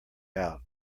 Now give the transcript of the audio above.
out